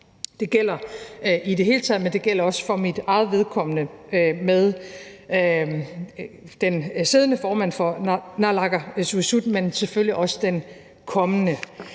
Det gælder i det hele taget, men det gælder også for mit eget vedkommende samarbejdet med den siddende formand for naalakkersuisut, men selvfølgelig også med den kommende,